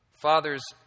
fathers